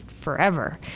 Forever